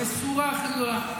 המסורה הכי גדולה.